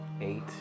eight